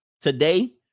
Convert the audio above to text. Today